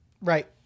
Right